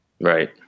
Right